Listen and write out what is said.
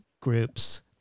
groups